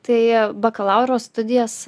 tai bakalauro studijas